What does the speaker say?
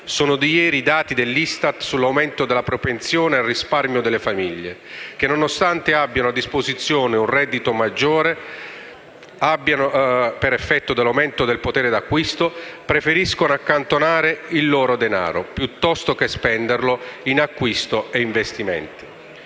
Sono di ieri i dati dell'ISTAT sull'aumento della propensione al risparmio delle famiglie che, nonostante abbiano a disposizione un reddito maggiore per effetto dell'aumento del potere d'acquisto, preferiscono accantonare il loro denaro, piuttosto che spenderlo in acquisti o investimenti.